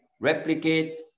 replicate